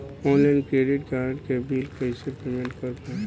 Online credit card के bill कइसे payment कर पाएम?